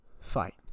fight